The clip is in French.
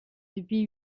depuis